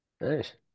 Nice